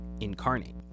incarnate